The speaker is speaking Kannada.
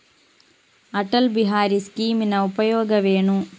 ಅಟಲ್ ಬಿಹಾರಿ ಸ್ಕೀಮಿನ ಉಪಯೋಗವೇನು?